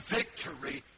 victory